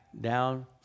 down